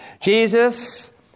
Jesus